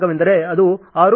ಆದ್ದರಿಂದ ಇದು ಇಲ್ಲಿಗೆ ಬರಬೇಕು